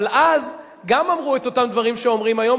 אבל אז גם אמרו אותם דברים שאומרים היום.